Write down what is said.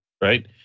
right